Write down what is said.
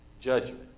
judgment